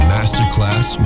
Masterclass